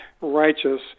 righteous